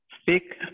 Speak